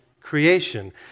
creation